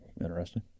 interesting